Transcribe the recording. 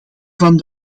van